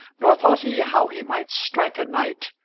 nor thought he how he might strike a knight,